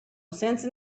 sense